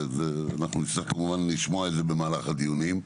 ואנחנו נצטרך כמובן לשמוע את זה במהלך הדיונים.